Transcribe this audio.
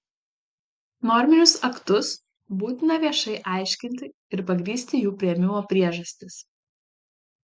norminius aktus būtina viešai aiškinti ir pagrįsti jų priėmimo priežastis